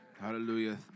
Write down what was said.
Hallelujah